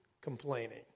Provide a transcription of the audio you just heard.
complaining